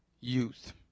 youth